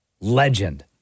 Legend